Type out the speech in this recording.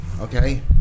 Okay